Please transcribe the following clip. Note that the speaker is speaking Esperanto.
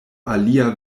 alia